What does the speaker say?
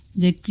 the